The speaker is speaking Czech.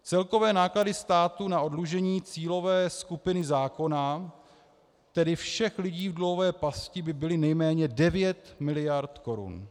Celkové náklady státu na oddlužení cílové skupiny zákona, tedy všech lidí v dluhové pasti, by byly nejméně 9 mld. Kč.